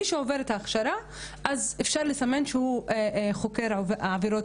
מי שעובר את ההכשרה אז אפשר לסמן שהוא חוקר עבירות מין.